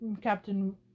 captain